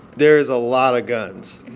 there is a lot of guns.